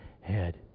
head